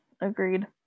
agreed